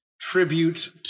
tribute